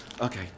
Okay